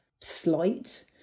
slight